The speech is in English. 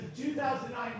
2009